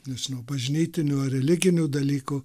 bažnytinių ar religinių dalykų